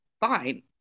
fine